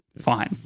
fine